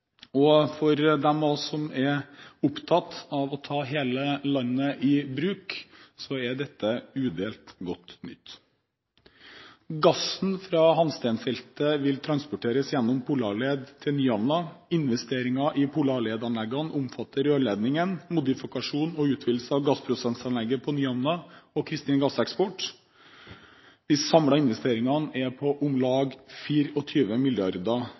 For dem av oss som er opptatt av å ta hele landet i bruk, er dette udelt godt nytt. Gassen fra Hansteen-feltet vil transporteres gjennom Polarled til Nyhamna. Investeringene i Polarledanleggene omfatter rørledningen, modifikasjoner og utvidelser av gassprosessanlegget på Nyhamna og Kristin gasseksport. De samlede investeringene er på om lag